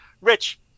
Rich